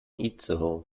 itzehoe